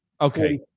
Okay